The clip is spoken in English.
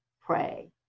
pray